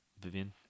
Vivian